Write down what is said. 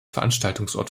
veranstaltungsort